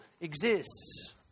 exists